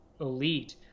elite